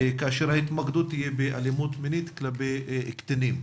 כאשר ההתמקדות תהיה באלימות מינית כלפי קטינים.